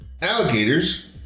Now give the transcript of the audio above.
Alligators